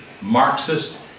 Marxist